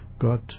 got